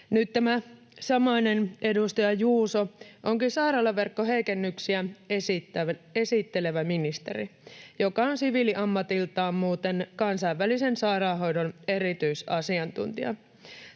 Nyt tämä samainen edustaja Juuso onkin sairaalaverkkoheikennyksiä esittelevä ministeri, joka on siviiliammatiltaan muuten kansainvälisen sairaanhoidon erityisasiantuntija.